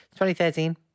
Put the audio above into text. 2013